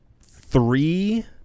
three